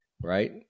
right